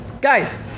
Guys